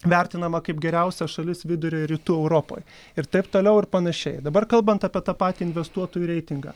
vertinama kaip geriausia šalis vidurio ir rytų europoj ir taip toliau ir panašiai dabar kalbant apie tą patį investuotojų reitingą